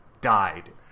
died